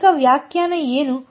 ಭೌತಿಕ ವ್ಯಾಖ್ಯಾನ ಏನು